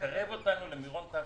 ומקרב אותנו למירון תשפ"ב.